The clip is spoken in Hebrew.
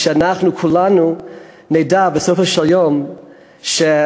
כדי שאנחנו כולנו נדע בסופו של יום שהיו